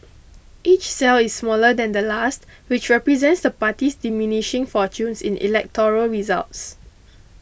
each cell is smaller than the last which represents the party's diminishing fortunes in electoral results